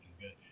good